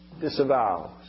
disavows